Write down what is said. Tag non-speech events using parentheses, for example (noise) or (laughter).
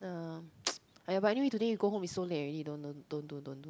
(noise) aiyah but anyway you go home is so late already don't don't don't do don't do